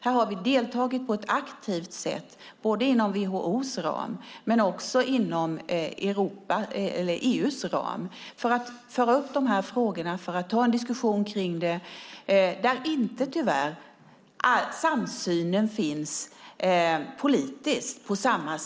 Här har vi deltagit aktivt inom både WHO:s och EU:s ram för att föra upp dessa frågor och ha en diskussion om dem. Tyvärr finns här inte en politisk samsyn.